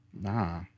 Nah